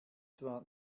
zwar